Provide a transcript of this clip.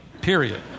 period